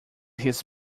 his